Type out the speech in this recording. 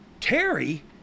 Terry